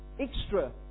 extra